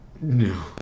No